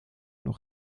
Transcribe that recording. nog